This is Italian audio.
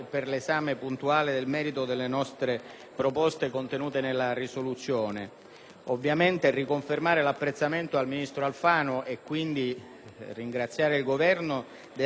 Desidero confermare l'apprezzamento al ministro Alfano e ringraziare il Governo per l'attenzione rivolta al testo 2 della nostra risoluzione,